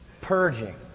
purging